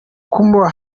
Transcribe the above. kumuba